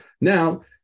Now